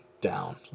down